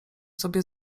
tobie